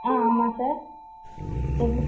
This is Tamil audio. ஆ ஆமாம் சார் எவ்வளோ